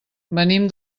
venim